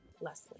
Leslie